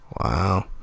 Wow